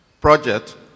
project